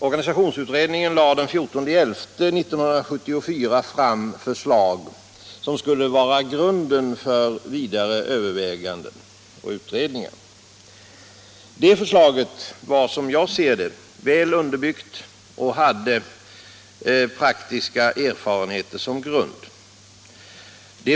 Organisationsutredningen lade den 14 november 1974 fram förslag som skulle vara grunden för vidare överväganden och utredningar. Det förslaget var, som jag ser det, väl underbyggt och hade praktiska erfarenheter som grund.